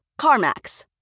CarMax